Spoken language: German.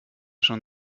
schon